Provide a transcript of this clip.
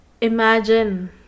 imagine